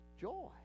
joy